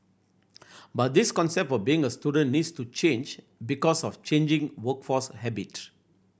but this concept of being a student needs to change because of changing workforce habits